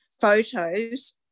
photos